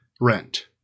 rent